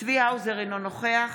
צבי האוזר, אינו נוכח